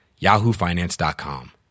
yahoofinance.com